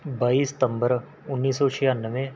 ਬਾਈ ਸਤੰਬਰ ਉੱਨੀ ਸੌ ਛਿਆਨਵੇਂ